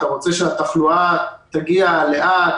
אתה רוצה שהתחלואה תגיע לאט,